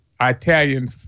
Italian